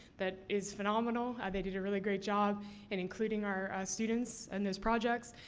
that is phenomenal. they did a really great job in including our students and those projects.